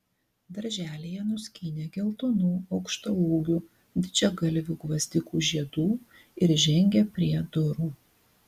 darželyje nuskynė geltonų aukštaūgių didžiagalvių gvazdikų žiedų ir žengė prie durų